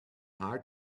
hard